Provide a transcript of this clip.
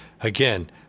Again